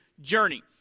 journey